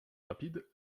rapide